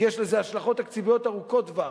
כי יש לזה השלכות תקציביות ארוכות טווח.